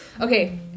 Okay